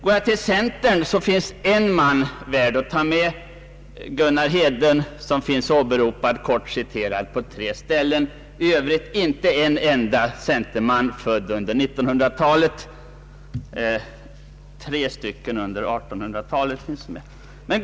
När det gäller centerpartiet finns en man som är värd att ta med, Gunnar Hedlund, som finns åberopad och kort citerad på tre ställen. I övrigt finns inte en enda centerpartist född under 1900-talet medtagen — tre centerpartister födda under 1800-talet är däremot med.